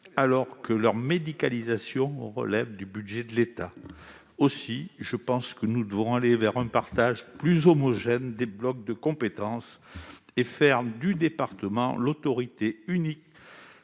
alors que leur médicalisation relève du budget de l'État. Aussi, je pense que nous devons aller vers un partage plus homogène des blocs de compétences et faire du département l'autorité unique